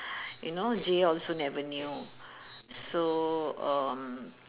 you know Jay also never knew so um